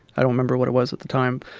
i don't remember what it was at the time.